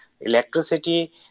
electricity